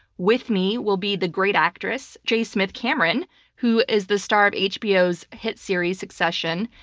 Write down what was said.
with me will be the great actress j. smith-cameron, who is the star of hbo's hit series succession,